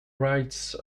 writes